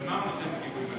למה הוא נותן גיבוי מלא?